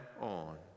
on